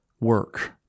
work